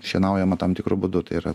šienaujama tam tikru būdu tai yra